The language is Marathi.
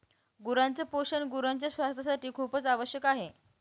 गुरांच पोषण गुरांच्या स्वास्थासाठी खूपच आवश्यक आहे